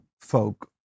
folk